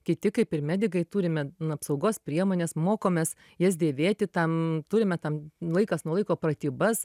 kiti kaip ir medikai turime apsaugos priemones mokomės jas dėvėti tam turime tam laikas nuo laiko pratybas